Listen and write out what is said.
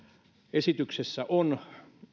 esityksessä on